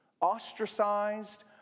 ostracized